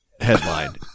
headline